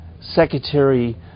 Secretary